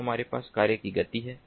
फिर हमारे पास कार्य की गति है